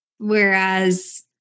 Whereas